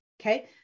okay